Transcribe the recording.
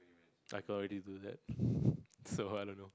I could already do that so I don't know